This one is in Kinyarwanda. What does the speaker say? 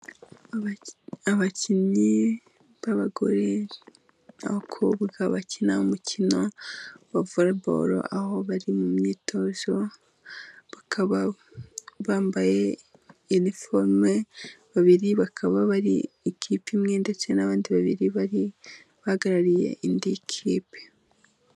Abakinnyi b'abagore n'abakobwa bakina umukino wa voreboro, aho bari mu myitozo bakaba bambaye iniforume. Babiri bakaba bari ikipe imwe, ndetse n'abandi babiri bari bahagarariye indi kipe.